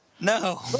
No